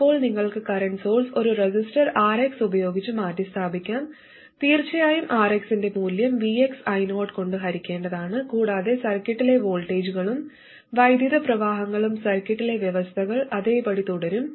അപ്പോൾ നിങ്ങൾക്ക് current source ഒരു റെസിസ്റ്റർ Rx ഉപയോഗിച്ച് മാറ്റിസ്ഥാപിക്കാം തീർച്ചയായും Rx ന്റെ മൂല്യം Vx I0 കൊണ്ട് ഹരിക്കേണ്ടതാണ് കൂടാതെ സർക്യൂട്ടിലെ വോൾട്ടേജുകളും വൈദ്യുത പ്രവാഹങ്ങളുമായ സർക്യൂട്ടിലെ വ്യവസ്ഥകൾ അതേപടി തുടരും